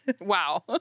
wow